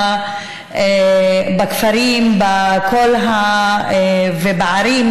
בכפרים ובערים,